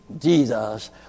Jesus